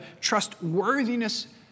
trustworthiness